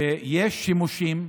שיש שימושים,